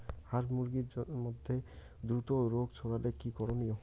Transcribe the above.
হাস মুরগির মধ্যে দ্রুত রোগ ছড়ালে কি করণীয়?